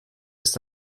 ist